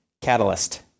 Catalyst